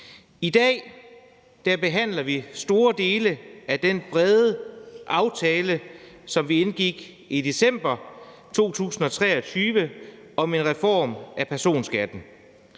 I dag behandler vi store dele af den brede aftale, som vi indgik i december 2023 om en reform af personskatten,